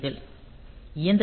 இயந்திர சுழற்சி 0